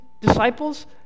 disciples